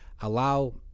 allow